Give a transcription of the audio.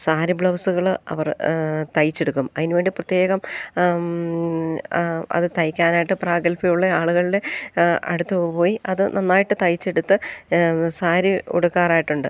സാരി ബ്ലൗസുകൾ അവർ തയ്ച്ചെടുക്കും അതിനു വേണ്ടി പ്രത്യേകം അത് തയ്ക്കാനായിട്ട് പ്രാഗത്ഭ്യമുള്ള ആളുകളുടെ അടുത്തു പോയി അതു നന്നായിട്ട് തയ്ച്ചെടുത്ത് സാരി ഉടുക്കാറായിട്ടുണ്ട്